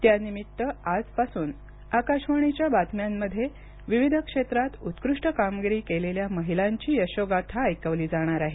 त्यानिमित्त आजपासून आकाशवाणीच्या बातम्यांमध्ये विविध क्षेत्रात उत्कृष्ट कामगिरी केलेल्या महिलांची यशोगाथा ऐकवली जाणार आहे